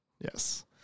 Yes